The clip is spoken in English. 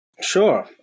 Sure